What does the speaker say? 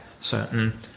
certain